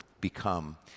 become